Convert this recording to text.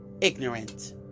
Ignorant